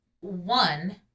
One